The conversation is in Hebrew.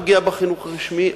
פגיעה בחינוך הרשמי,